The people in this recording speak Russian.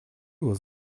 вас